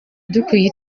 dukwiye